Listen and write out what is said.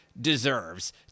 deserves